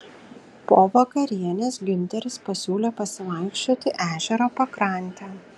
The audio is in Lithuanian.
po vakarienės giunteris pasiūlė pasivaikščioti ežero pakrante